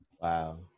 wow